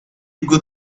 good